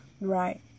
right